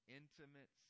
intimate